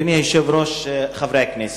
אדוני היושב-ראש, חברי הכנסת,